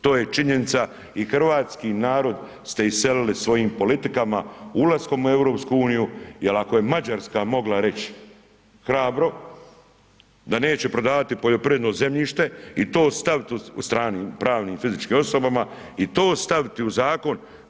To je činjenica i hrvatski narod ste iselili svojim politikama ulaskom u EU jel ako je Mađarska mogla reć hrabro da neće prodavati poljoprivredno zemljište i to stavit u stranim pravnim i fizičkim osobama i to staviti u zakon.